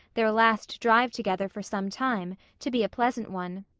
their last drive together for some time, to be a pleasant one.